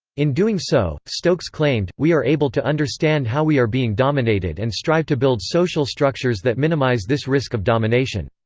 in doing so, stokes claimed, we are able to understand how we are being dominated and strive to build social structures that minimise this risk of domination.